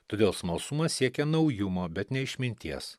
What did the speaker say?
todėl smalsumas siekia naujumo bet ne išminties